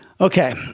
Okay